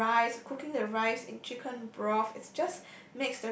the rice cooking the rice in chicken broth it's just